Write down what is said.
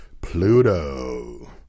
Pluto